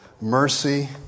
mercy